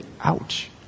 Ouch